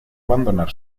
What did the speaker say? abandonar